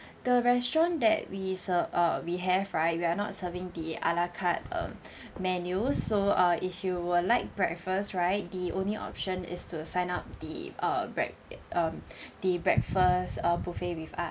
the restaurant that we se~ uh we have right we are not serving the ala carte um menu so uh if you would like breakfast right the only option is to sign up the uh break~ um the breakfast uh buffet with us